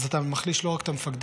אז אתה מחליש לא רק את המפקדים,